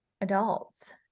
adults